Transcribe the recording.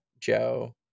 Joe